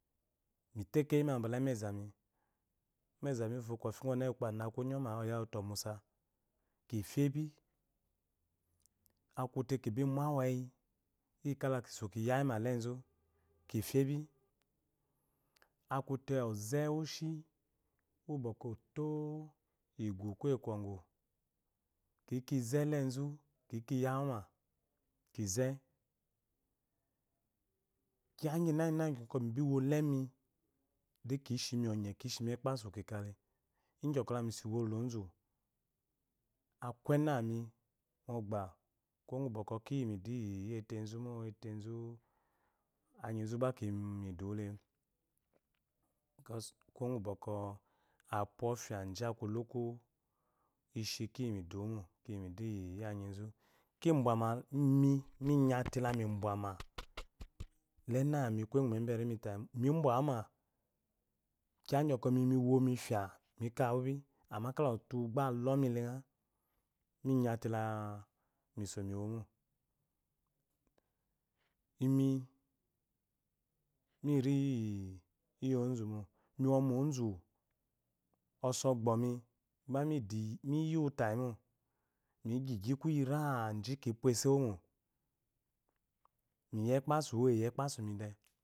Nuto keyima bala emezami umezami wufo kwɔfi gu ɔne ukpo anawu kunyo ma oyawute omusa kifye bi akule kibi mu aweyi kala kiso kiyayima lezu kifebi akute oze shi uwubwɔkwɔ oto ugu kuye kwɔgu kiikizelezu kikiyawuma kize kiya gyina gyina gi mibiwo lemi da ki shimi ɔnye kishimi ekpasu kikale igyi ɔnye kmiso iwollozu aku enewami mogba kumo gu bwɔkwɔ kiyi midu vetezu mo ete zu etezu anyizu gba kivimiduwule because kuwo gu bwɔkwɔ apuofia ji aku luku ishi kiyimidumo kiyi midu yi anyizu imi minyate lami bwama la enewami kuye su me berimimo mibwawumakiya gyi bwɔkwɔ imimi mifia mikawubi amma kwɔte alɔmi lenga minyate la miso miwo mo imi miriyi ozumo iyi ɔmaozu es ɔsɔgbomi gbamiyan tayimo migyigyi kuyi ra ji kipwa esu ewomo miyi ekpasu wu miyi ekpasumide